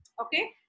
Okay